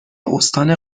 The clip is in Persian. استان